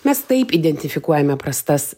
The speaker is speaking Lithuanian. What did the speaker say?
mes taip identifikuojame prastas